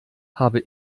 habe